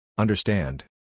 Understand